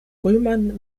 römern